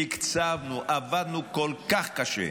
תקצבנו, עבדנו כל כך קשה,